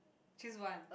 choose one